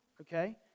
okay